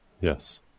Yes